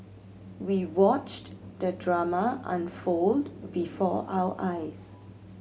we watched the drama unfold before our eyes